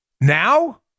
Now